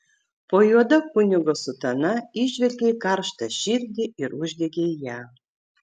po juoda kunigo sutana įžvelgei karštą širdį ir uždegei ją